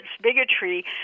bigotry